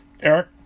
Eric